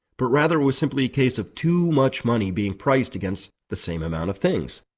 but rather it was simply a case of too much money being priced against the same amount of things.